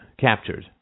captured